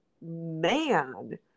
man